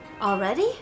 Already